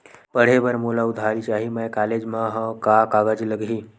पढ़े बर मोला उधारी चाही मैं कॉलेज मा हव, का कागज लगही?